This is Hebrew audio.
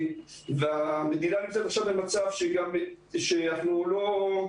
והמדינה נמצאת עכשיו במצב שאנחנו לא..